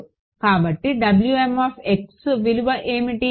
కాబట్టివిలువ ఏమిటి